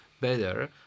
better